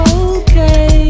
okay